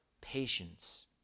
patience